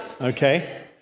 Okay